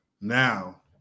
Now